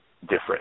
different